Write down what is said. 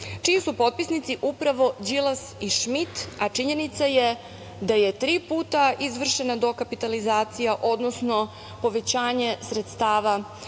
čiji su potpisnici upravo Đilas i Šmit, a činjenica da je tri puta izvršena dokapitalizacija, odnosno povećanje sredstava